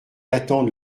attendent